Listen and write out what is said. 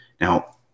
Now